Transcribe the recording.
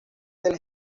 del